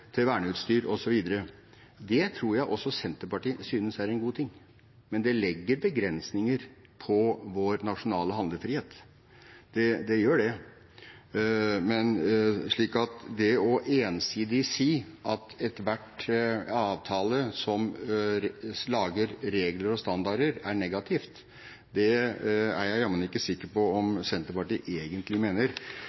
til verneutstyr osv. Det tror jeg også Senterpartiet synes er en god ting, men det legger begrensninger på vår nasjonale handlefrihet – det gjør det. Så ensidig å si at enhver avtale som lager regler og standarder, er negativt – det er jeg jammen ikke sikker på om